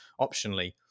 optionally